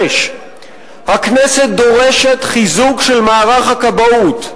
6. הכנסת דורשת חיזוק של מערך הכבאות,